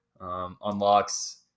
unlocks